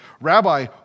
Rabbi